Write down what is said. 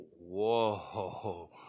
Whoa